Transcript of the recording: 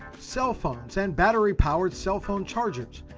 cell phones and battery powered cell phone chargers,